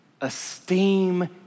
esteem